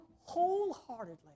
wholeheartedly